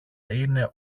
είναι